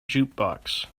jukebox